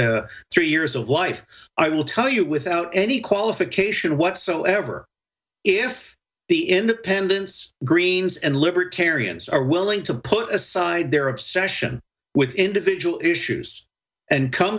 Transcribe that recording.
three years of life i will tell you without any qualification whatsoever if the independents greens and libertarians are willing to put aside their obsession with individual issues and come